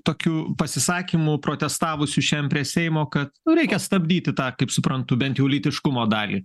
tokiu pasisakymu protestavusių šiandien prie seimo kad reikia stabdyti tą kaip suprantu bent jau lytiškumo dalį